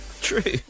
true